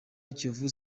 kiyovu